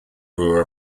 ruhr